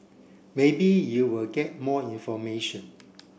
maybe you will get more information